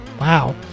Wow